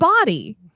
body